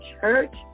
Church